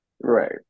Right